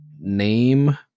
name